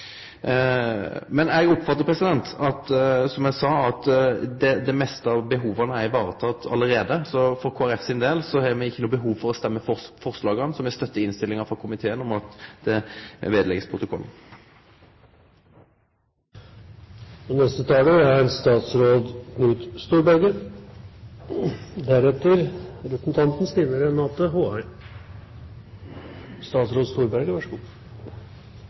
Men eg oppfattar det slik, som eg sa, at det meste av behova er ivaretekne allereie, så for Kristeleg Folkeparti sin del har me ikkje noko behov for å stemme for forslaget, og me støttar innstillinga frå komiteen om at det blir lagt ved protokollen. Jeg er